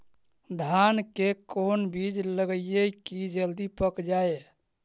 धान के कोन बिज लगईयै कि जल्दी पक जाए?